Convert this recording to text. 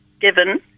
given